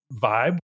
vibe